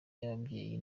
y’ababyeyi